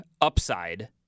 upside